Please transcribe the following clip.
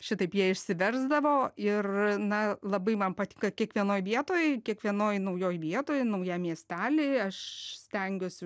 šitaip jie išsiversdavo ir na labai man patinka kiekvienoj vietoj kiekvienoj naujoj vietoj naujam miestely aš stengiuosi